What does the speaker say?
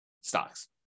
stocks